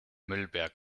müllberg